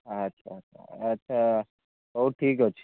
ଆଚ୍ଛା ଆଚ୍ଛା ହଉ ଠିକ୍ ଅଛି